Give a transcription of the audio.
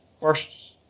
First